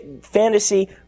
Fantasy